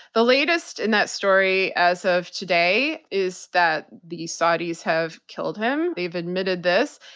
the latest in that story as of today, is that the saudis have killed him. they've admitted this.